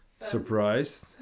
Surprised